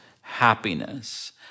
happiness